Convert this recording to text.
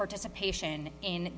participation in